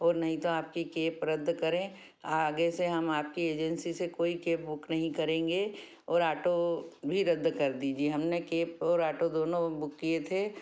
और नहीं तो आपकी केप रद्द करें आगे से हम आपकी एजेंसी से कोई केप बुक नहीं करेंगे और आटो भी रद्द कर दीजिए हमने केप और आटो दोनों बुक किए थे